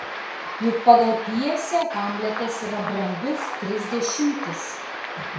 juk pagal pjesę hamletas yra brandus trisdešimtis